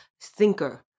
thinker